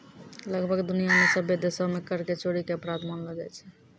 लगभग दुनिया मे सभ्भे देशो मे कर के चोरी के अपराध मानलो जाय छै